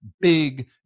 big